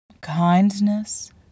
kindness